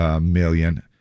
million